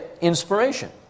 inspiration